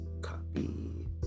copy